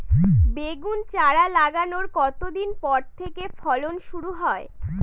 বেগুন চারা লাগানোর কতদিন পর থেকে ফলন শুরু হয়?